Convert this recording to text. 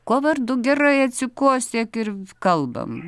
kuo vardu gerai atsikosėk ir kalbam